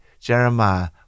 Jeremiah